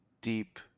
deep